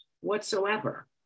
whatsoever